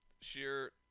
sheer